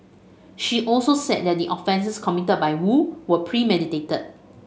she also said that the offences committed by Woo were premeditated